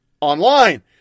online